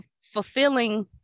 fulfilling